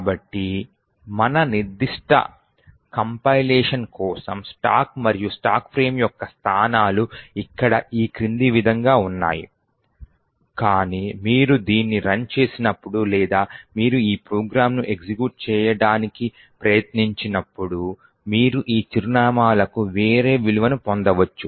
కాబట్టి మన నిర్దిష్ట కంపైలేషన్ కోసం స్టాక్ మరియు స్టాక్ ఫ్రేమ్ యొక్క స్థానాలు ఇక్కడ ఈ క్రింది విధంగా ఉన్నాయి కానీ మీరు దీన్ని రన్ చేసినప్పుడు లేదా మీరు ఈ ప్రోగ్రామ్ను ఎగ్జిక్యూట్ చేయడానికి ప్రయత్నించినప్పుడు మీరు ఈ చిరునామాలకు వేరే విలువను పొందవచ్చు